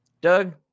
Doug